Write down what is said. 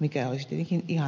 mikä olisi tietenkin ihanteellinen tilanne